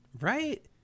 Right